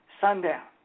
sundown